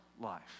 life